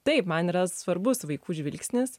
taip man yra svarbus vaikų žvilgsnis